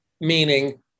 meaning